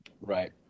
Right